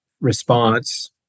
response